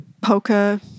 poker